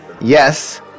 Yes